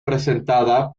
presentado